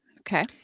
Okay